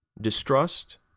Distrust